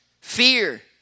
fear